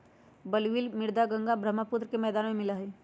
alluvial मृदा गंगा बर्ह्म्पुत्र के मैदान में मिला हई